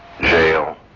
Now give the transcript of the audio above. Jail